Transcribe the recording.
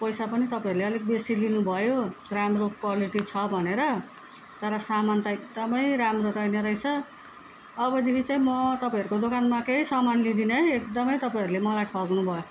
पैसा पनि तपाईँले अलिक बेसी लिनुभयो राम्रो क्वालिटी छ भनेर तर सामान त एकदमै राम्रो रहेन रहेछ अबदेखि चाहिँ म तपाईँहरूको दोकानमा केही सामान लिँदिन है एकदमै तपाईँहरूले मलाई ठग्नुभयो